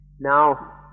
Now